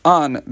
on